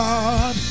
God